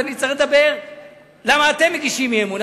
אני צריך לשאול למה אתם מגישים הצעת אי-אמון.